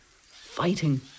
fighting